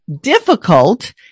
difficult